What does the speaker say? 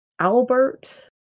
Albert